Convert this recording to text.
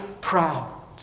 proud